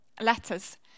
letters